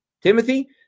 Timothy